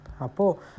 Apo